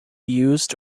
used